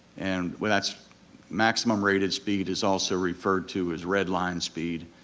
and that's maximum rated speed is also referred to as red line speed,